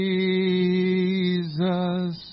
Jesus